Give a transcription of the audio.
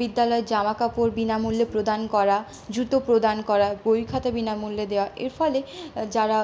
বিদ্যালয়ের জামাকাপড় বিনামূল্যে প্রদান করা জুতো প্রদান করা বইখাতা বিনামূল্যে দেওয়া এর ফলে যারা